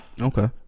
Okay